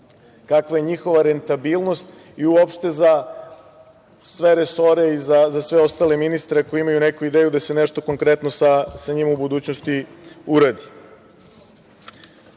kakva je njihova rentabilnost i uopšte za sve resore i za sve ostale ministre koji imaju neku ideju da se nešto konkretno sa njima u budućnosti uradi. Jedino